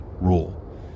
rule